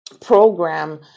program